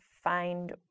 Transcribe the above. find